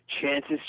Chances